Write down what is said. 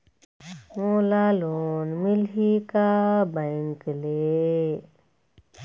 मोला लोन मिलही का बैंक ले?